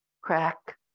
crack